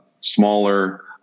smaller